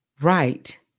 right